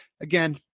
Again